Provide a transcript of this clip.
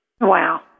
Wow